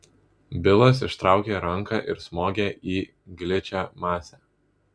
bilas ištraukė ranką ir smogė į gličią masę